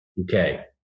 Okay